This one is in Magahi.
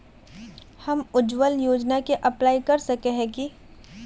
हम उज्वल योजना के अप्लाई कर सके है की?